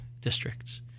districts